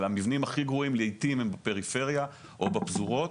המבנים הכי גרועים לעיתים הם בפריפריה או בפזורות.